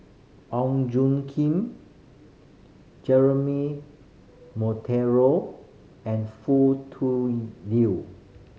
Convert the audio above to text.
Ong Tjoe Kim Jeremy Monteiro and Foo Tui Liew